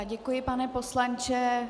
Děkuji, pane poslanče.